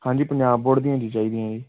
ਹਾਂਜੀ ਪੰਜਾਬ ਬੋਰਡ ਦੀਆਂ ਜੀ ਚਾਹੀਦੀਆਂ ਜੀ